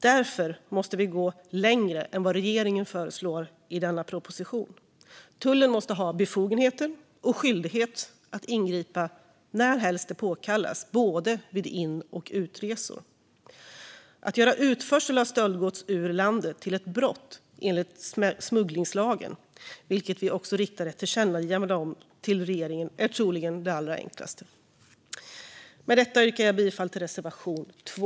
Därför måste vi gå längre än vad regeringen föreslår i denna proposition. Tullen måste ha befogenheter och skyldighet att ingripa när helst det påkallas, både vid in och utresor. Att göra utförsel av stöldgods ur landet till ett brott enligt smugglingslagen, viket vi riktar ett tillkännagivande om till regeringen, är troligen det allra enklaste. Med detta yrkar jag bifall till reservation 2.